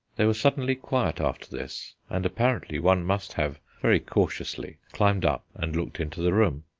they were suddenly quiet after this, and apparently one must have, very cautiously, climbed up and looked into the room.